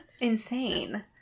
insane